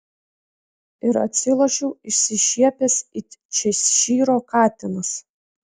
ir atsilošiau išsišiepęs it češyro katinas